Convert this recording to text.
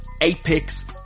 apex